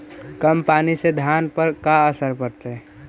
कम पनी से धान पर का असर पड़तायी?